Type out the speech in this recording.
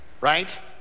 right